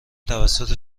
توسط